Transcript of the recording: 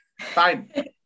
Fine